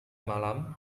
malam